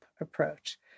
approach